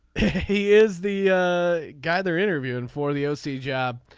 he is the guy they're interviewing for the o c. job.